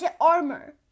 armor